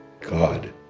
God